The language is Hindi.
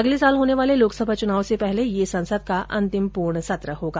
अगले वर्ष होने वाले लोकसभा चुनाव से पहले यह संसद का अंतिम पूर्ण सत्र होगा